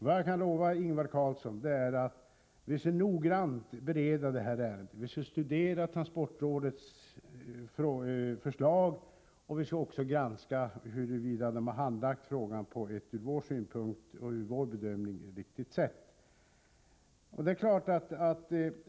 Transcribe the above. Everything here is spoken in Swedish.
Men jag kan lova Ingvar Karlsson i Bengtsfors att vi noggrant skall bereda det här ärendet. Vi skall studera transportrådets förslag, och vi skall granska huruvida rådet har handlagt frågan på ett från vår synpunkt och enligt vår bedömning riktigt sätt.